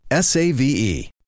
SAVE